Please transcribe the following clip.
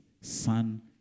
son